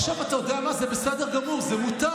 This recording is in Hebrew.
עכשיו, אתה יודע מה, זה בסדר גמור, זה מותר.